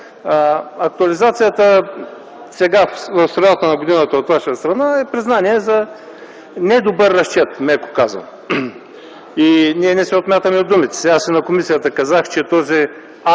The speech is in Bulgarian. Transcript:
Актуализацията сега, в средата на годината, от ваша страна е признание за недобър разчет, меко казано. Ние не се отмятаме от думите си. Аз и на комисията казах, че този